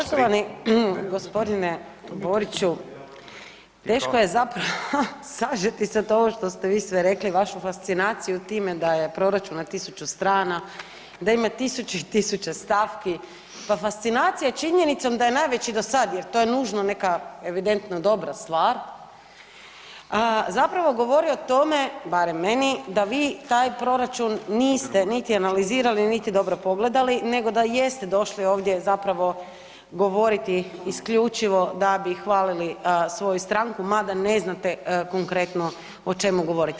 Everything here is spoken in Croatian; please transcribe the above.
Poštovani gospodine Boriću, teško je zapravo sažeti sad ovo što ste vi sve rekli vašu fascinaciju time da je proračun na 1000 strana, da ima tisuće i tisuće stavki, pa fascinacija činjenicom da je najveći do sada jer to je nužno neka evidentno dobra stvar, a zapravo govori o tome, barem meni, da vi taj proračun niste niti analizirali, niti dobro pogledali, nego da jeste došli ovdje zapravo govoriti isključivo da bi hvalili svoju stranku mada ne znate konkretno o čemu govorite.